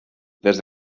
des